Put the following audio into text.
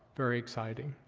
very exciting.